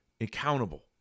accountable